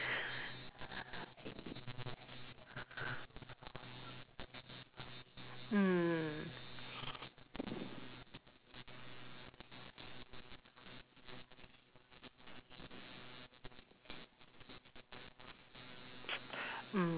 mm